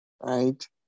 right